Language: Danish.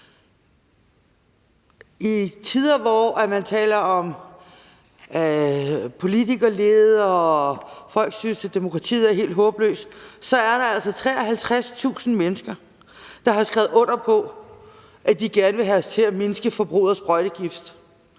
I tider, hvor man taler om politikerlede, og at folk synes, at demokratiet er helt håbløst, så er der altså 53.000 mennesker, der har skrevet under på, at de gerne vil have os til at mindske forbruget af sprøjtegift.